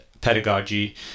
pedagogy